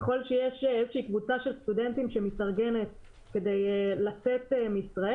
ככל שיש קבוצה של סטודנטים שמתארגנת כדי לצאת מישראל